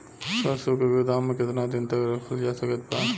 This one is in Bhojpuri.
सरसों के गोदाम में केतना दिन तक रखल जा सकत बा?